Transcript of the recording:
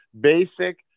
basic